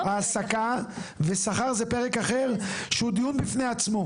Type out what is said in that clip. העסקה ושכר זה פרק אחר, שהוא דיון בפני עצמו.